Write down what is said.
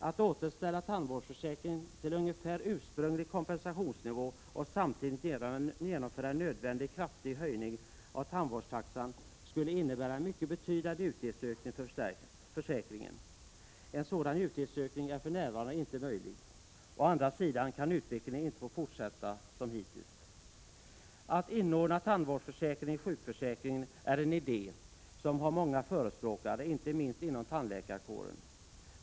Att återställa tandvårdsförsäkringen till ungefär ursprunglig kompensationsnivå och samtidigt genomföra en nödvändig kraftig höjning av tandvårdstaxan skulle innebära en mycket betydande utgiftsökning för försäkringen. En sådan utgiftsökning är för närvarande inte möjlig. Å andra sidan kan utvecklingen inte få fortsätta som hittills. Att inordna tandvårdsförsäkringen i sjukvårdsförsäkringen är en idé som har många förespråkare, inte minst inom tandläkarkåren.